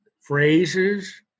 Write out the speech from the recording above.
phrases